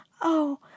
Oh